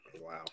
Wow